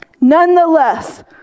Nonetheless